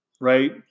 right